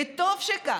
וטוב שכך.